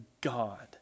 God